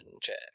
check